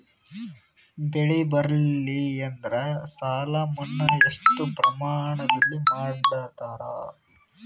ಬೆಳಿ ಬರಲ್ಲಿ ಎಂದರ ಸಾಲ ಮನ್ನಾ ಎಷ್ಟು ಪ್ರಮಾಣದಲ್ಲಿ ಮಾಡತಾರ?